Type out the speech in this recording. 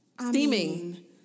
Steaming